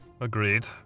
Agreed